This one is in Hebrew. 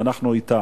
ואנחנו אתם.